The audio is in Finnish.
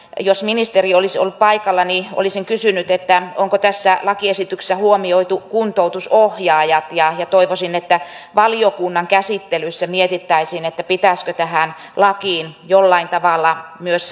jos ministeri olisi ollut paikalla olisin kysynyt onko tässä lakiesityksessä huomioitu kuntoutusohjaajat ja ja toivoisin että valiokunnan käsittelyssä mietittäisiin pitäisikö tähän lakiin jollain tavalla saada myös